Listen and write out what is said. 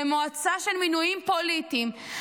למועצה של מינויים פוליטיים,